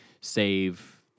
save